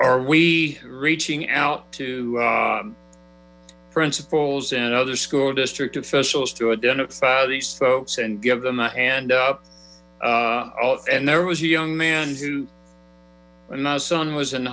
are we reaching out to principals and other school district officials to identify these folks and give them a hand up oh and there was a young man who my son was in